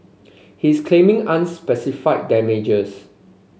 he is claiming unspecified damages